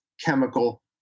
chemical